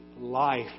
life